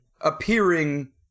appearing